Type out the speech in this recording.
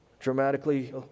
dramatically